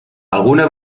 alguna